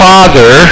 Father